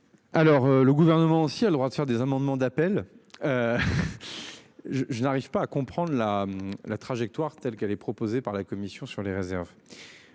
Alors le gouvernement s'il a le droit de faire des amendements d'appel. Je je n'arrive pas à comprendre la la trajectoire telle qu'elle est proposée par la Commission sur les réserves.